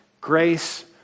grace